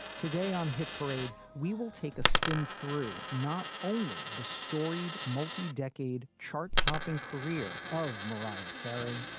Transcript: today on hit parade, we will take a spin through not only the storied multi-decade chart topping career of mariah carey.